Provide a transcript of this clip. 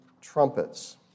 trumpets